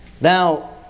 Now